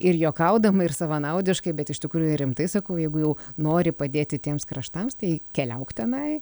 ir juokaudama ir savanaudiškai bet iš tikrųjų ir rimtai sakau jeigu jau nori padėti tiems kraštams tai keliauk tenai